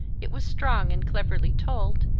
it was strong and cleverly told,